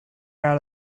out